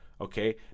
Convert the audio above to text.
okay